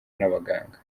n’abaganga